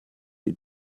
die